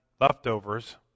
leftovers